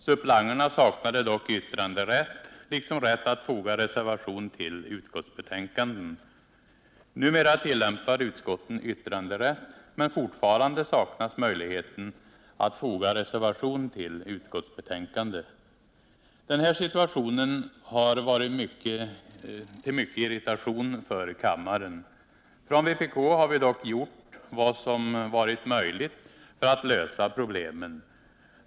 Suppleanterna saknade dock yttranderätt liksom rätt att foga reservation till utskottsbetänkanden. Numera tillämpar utskotten yttranderätt, men fortfarande saknas möjligheten att foga Den här situationen har varit till mycken irritation för kammaren. Från vpk Onsdagen den har vi dock gjort vad som varit möjligt för att lösa problemen.